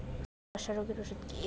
আলুর ধসা রোগের ওষুধ কি?